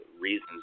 reasons